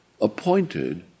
Appointed